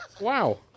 Wow